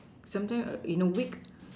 sometime you know week